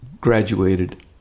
graduated